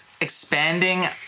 expanding